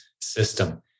system